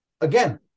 Again